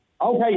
Okay